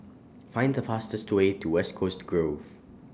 Find The fastest Way to West Coast Grove